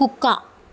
కుక్క